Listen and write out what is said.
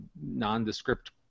nondescript